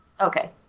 Okay